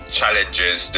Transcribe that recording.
challenges